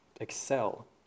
Excel